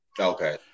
Okay